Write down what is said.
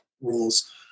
rules